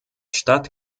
stadt